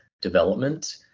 development